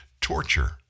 Torture